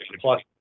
Plus